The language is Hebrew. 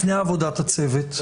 לפני עבודת הצוות,